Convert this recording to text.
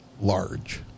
large